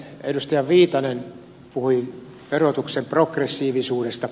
edustaja viitanen puhui verotuksen progressiivisuudesta